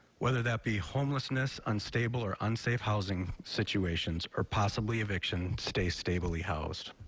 whether that be homelessness unstable or unsafe housing situation or possibly evictions stay stably housed.